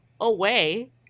away